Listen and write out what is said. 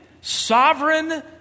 sovereign